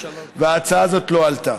וההצעה הזאת לא עלתה.